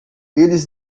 eles